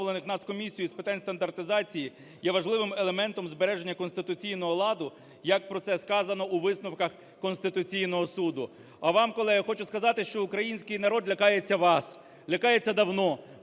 Нацкомісією з питань стандартизації є важливим елементом збереження конституційного ладу, як про це сказано у висновках Конституційного Суду. А вам, колего, хочу сказати, що український народ лякається вас, лякається давно,